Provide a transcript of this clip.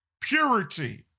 purity